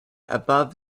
above